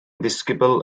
ddisgybl